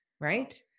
right